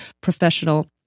professional